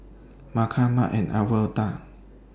Marsha Mart and Alverda